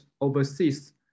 overseas